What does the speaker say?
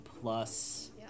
plus